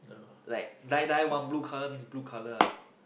like die die want blue color means blue color ah